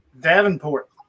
Davenport